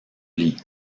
lits